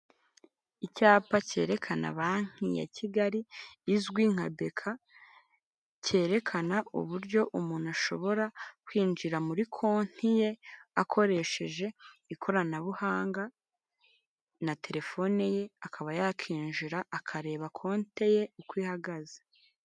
Icyapa cyerekana banki ya Kigali izwi nka beka, cyerekana uburyo umuntu ashobora kwinjira muri konti ye akoresheje ikoranabuhanga na telefone ye, akaba yakinjira akareba konte ye uko ihagaze.